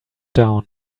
down